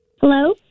Hello